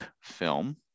film